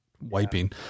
wiping